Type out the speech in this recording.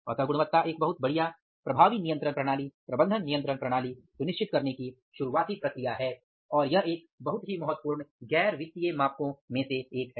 अतः गुणवत्ता एक बहुत बढ़िया प्रभावी नियंत्रण प्रणाली प्रबंधन नियंत्रण प्रणाली सुनिश्चित करने की शुरुआती प्रक्रिया है और यह एक बहुत ही महत्वपूर्ण गैर वित्तीय मापको में से एक है